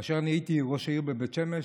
כאשר אני הייתי ראש עיר בבית שמש,